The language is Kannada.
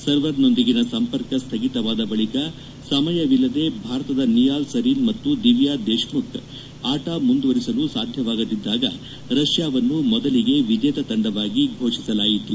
ಸರ್ವರ್ನೊಂದಿಗಿನ ಸಂಪರ್ಕ ಸ್ವಗಿತವಾದ ಬಳಿಕ ಸಮಯವಿಲ್ಲದೆ ಭಾರತದ ನಿಯಾಲ್ ಸರಿನ್ ಮತ್ತು ದಿವ್ದಾ ದೇಶ್ಮುಖ್ ಆಟ ಮುಂದುವರಿಸಲು ಸಾಧ್ಯವಾಗದಿದ್ದಾಗ ರಷ್ಯಾವನ್ನು ಮೊದಲಿಗೆ ವಿಜೇತ ತಂಡವಾಗಿ ಘೋಷಿಸಲಾಯಿತು